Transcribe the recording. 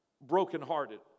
brokenhearted